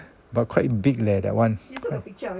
but quite big leh that one